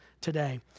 today